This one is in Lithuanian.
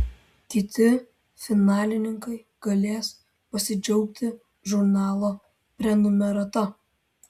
kiti finalininkai galės pasidžiaugti žurnalo prenumerata